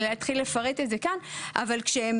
אם כולם